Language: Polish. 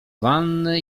wanny